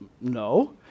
No